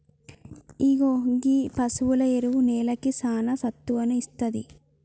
ఇగో గీ పసువుల ఎరువు నేలకి సానా సత్తువను ఇస్తాది